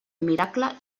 miracle